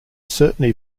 certain